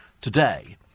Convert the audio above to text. today